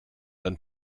dann